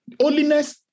Holiness